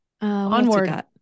Onward